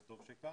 וטוב שכך,